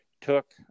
took